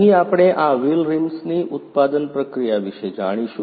અહીં આપણે આ વ્હીલ રિમ્સની ઉત્પાદન પ્રક્રિયા વિશે જાણીશું